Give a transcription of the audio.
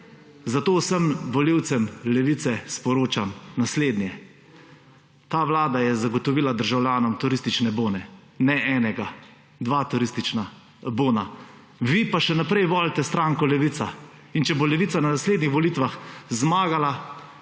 Zato vsem volivcem Levice sporočam naslednje: ta vlada je zagotovila državljanom turistične bone, ne enega, dva turistična bona, vi pa še naprej volite stranko Levica. Če bo Levica na naslednjih volitvah zmagala,